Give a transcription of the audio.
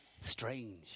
strange